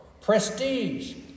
prestige